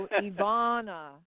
Ivana